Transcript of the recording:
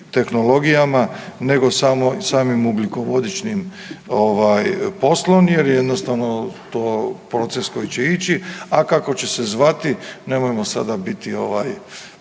tehnologija nego samim ugljikovodičnim ovaj, poslom jer jednostavno to proces koji će ići, a kako će se zvati, nemojmo sada biti ovaj,